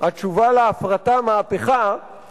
הפרטה של הגנים הלאומיים.